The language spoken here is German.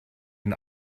den